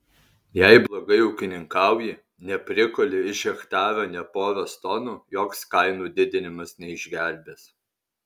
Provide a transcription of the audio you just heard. jei blogai ūkininkauji neprikuli iš hektaro nė poros tonų joks kainų didinimas neišgelbės